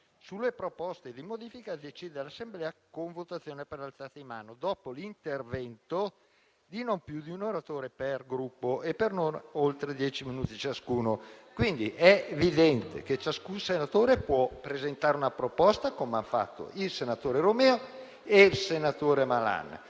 Sulle proposte di modifica decide l'Assemblea con votazione per alzata di mano, dopo l'intervento di non più di un oratore per Gruppo e per non oltre dieci minuti ciascuno». È evidente che ciascun senatore può presentare una proposta, come hanno fatto i senatori Romeo e Malan;